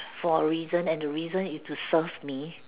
for a reason and the reason is to serve me